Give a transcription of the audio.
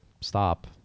stop